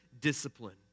discipline